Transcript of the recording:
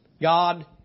God